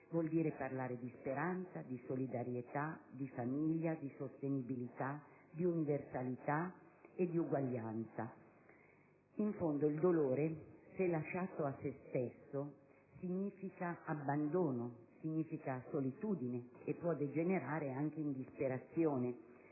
vuol dire parlare di speranza, di solidarietà, di famiglia, di sostenibilità, di universalità e di uguaglianza. In fondo, il dolore, se lasciato a se stesso, significa abbandono, significa solitudine e può degenerare anche in disperazione,